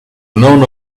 none